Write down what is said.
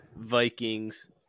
Vikings